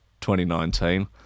2019